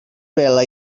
pela